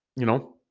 you know